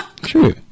True